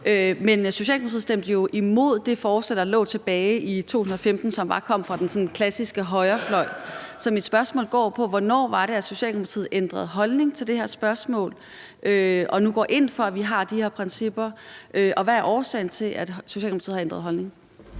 Men Socialdemokratiet stemte jo imod det forslag, der lå tilbage i 2015, og som kom fra den sådan klassiske højrefløj, så mit spørgsmål er: Hvornår var det, at Socialdemokratiet ændrede holdning til det her spørgsmål, og nu går ind for, at vi har de her principper, og hvad er årsagen til, at Socialdemokratiet har ændret holdning?